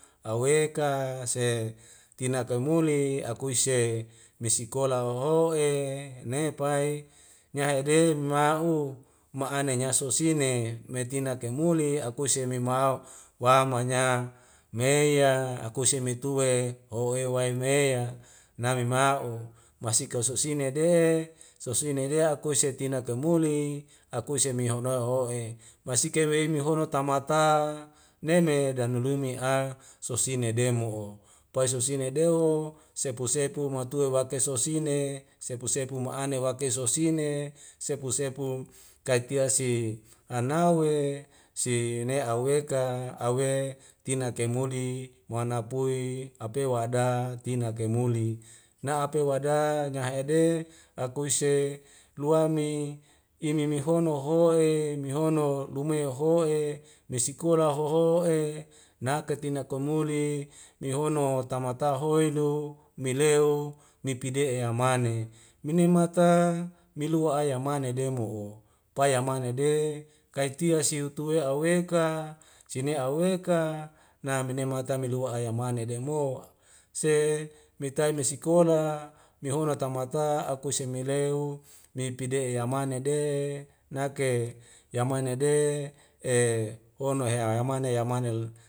Awe ka se tina ka muli akuise mesikola hoho'e ne pae nyahede ma'u ma'ane nyasusine metina kai muli akuse memau wamanya mei a akuse metuwe howe wae me ya nami ma'u masika osu'sine de sosi'nede sosi'nadea akoese tina kai muli akuse mehono ho'e masike wei mehono tamata neime nadulue mi a sosinedemo'o pai sosinadeu sepu sepu matue wakeso sine sepu sepu ma'ane wake sosine sepu sepu kaitia si anawe si ne aweka awe tina kaimudi muanapui ape wa ada tina kaimuli na ape wada nyah'hede akuse lua mi imi mihono ho'e mihono lume hoho'e mesikola hoho'e nak ketina komuli mehono tamata hoe lu mileo nipidi'e amane mene mata milua aya mana demo'o paya mane de kaitia si utuwea aweka sine aweka na mene mata melua aya mane de mo se metai misikola mehono tamata akuse meleu mepide' yamane de nake yamanede e hono hea yamane yamanel